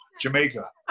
Jamaica